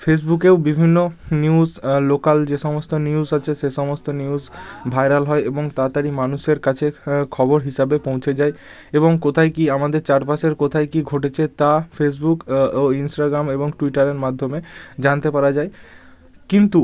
ফেসবুকেও বিভিন্ন news local যে সমস্ত নিউজ আছে সে সমস্ত নিউজ ভাইরাল হয় এবং তাতাড়ি মানুষের কাছে খবর হিসাবে পৌঁছে যায় এবং কোথায় কী আমাদের চারপাশের কোথায় কী ঘটেছে তা ফেসবুক ও ইন্সটাগ্রাম এবং টুইটারের মাধ্যমে জানতে পারা যায় কিন্তু